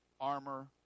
armor